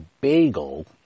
bagel